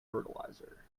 fertilizer